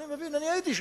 אני מבין, אני הייתי שם.